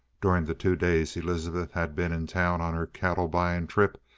during the two days elizabeth had been in town on her cattle buying trip,